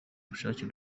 ubushake